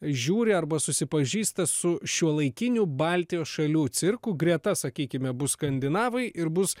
žiūri arba susipažįsta su šiuolaikiniu baltijos šalių cirku greta sakykime bus skandinavai ir bus